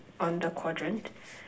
on the quadrant